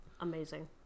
amazing